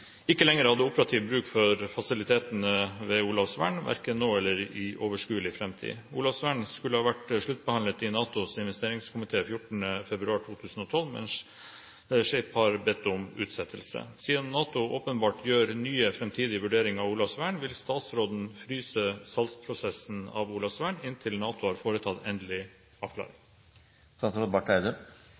ikke lenger hadde operativ bruk for fasilitetene ved Olavsvern, hverken nå eller i overskuelig fremtid. Olavsvern skulle ha vært sluttbehandlet i NATOs investeringskomité 14. februar 2012, mens SHAPE har bedt om utsettelse. Siden NATO åpenbart gjør nye fremtidige vurderinger av Olavsvern, vil statsråden fryse salgsprosessen av Olavsvern inntil NATO har foretatt endelig